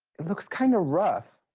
it looks kind of rough.